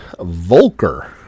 Volker